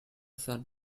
son